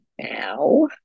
now